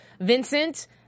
Vincent